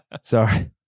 Sorry